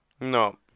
No